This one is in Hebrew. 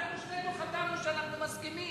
אנחנו שנינו חתמנו שאנחנו מסכימים.